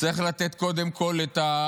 צריך לתת קודם כל את,